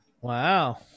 Wow